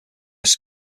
their